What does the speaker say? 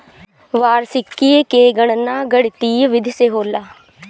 वार्षिकी के गणना गणितीय विधि से होला